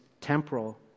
temporal